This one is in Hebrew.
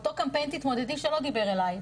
אותו קמפיין "תתמודדי" שלא דיבר אליי,